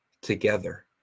together